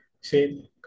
say